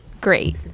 great